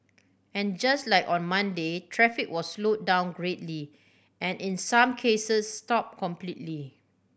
and just like on Monday traffic was slowed down greatly and in some cases stop completely